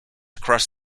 across